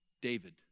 David